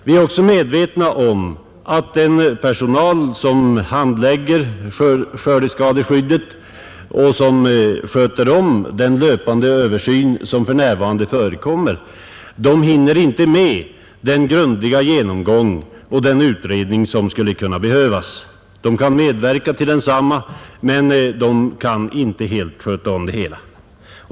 Vi är också medvetna om att den personal som handlägger skördeskadeskyddet och som sköter om den löpande översyn som för närvarande förekommer inte hinner med den grundliga genomgång och den utredning som skulle behövas. Den kan medverka till denna, men den kan inte helt sköta om det hela.